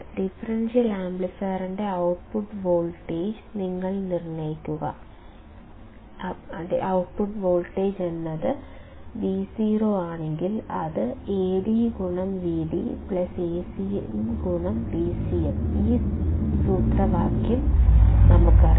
differential ആംപ്ലിഫയറിന്റെ output voltage നിങ്ങൾ നിർണ്ണയിക്കുന്നു അതിനാൽ Vo Ad Vd Acm Vcm ഈ സൂത്രവാക്യം നമുക്കറിയാം